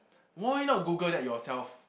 why not Google that yourself